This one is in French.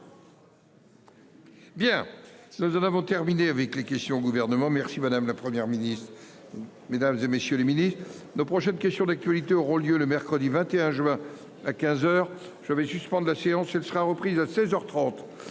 Bien, nous en avons terminé avec les questions au gouvernement. Merci madame, la Première ministre. Mesdames, et messieurs les Ministres nos prochaines questions d'actualité auront lieu le mercredi 21 juin à 15h je vais suspendre la séance elle sera reprise à 16h 30